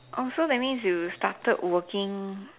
oh so that means you started working